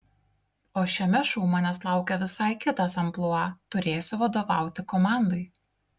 o šiame šou manęs laukia visai kitas amplua turėsiu vadovauti komandai